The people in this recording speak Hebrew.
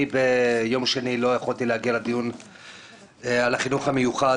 אני ביום שני לא יכולתי להגיע לדיון על החינוך המיוחד,